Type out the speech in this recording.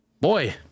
Boy